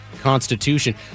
constitution